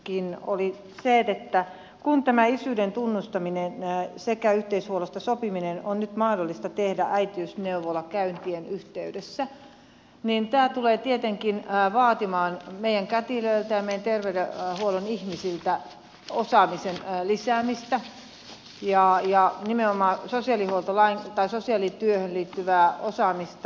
se oli se että kun tämä isyyden tunnustaminen sekä yhteishuollosta sopiminen on nyt mahdollista tehdä äitiysneuvolakäyntien yhteydessä niin tämä tulee tietenkin vaatimaan meidän kätilöiltä ja meidän terveydenhuollon ihmisiltä osaamisen lisäämistä ja nimenomaan sosiaalityöhön liittyvää osaamista